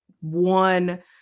one